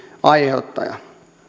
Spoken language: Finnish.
aiheuttaja